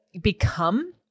become